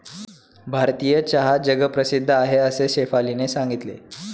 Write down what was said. भारतीय चहा जगप्रसिद्ध आहे असे शेफालीने सांगितले